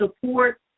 support